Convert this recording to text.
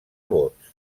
vots